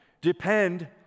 depend